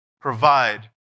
provide